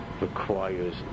requires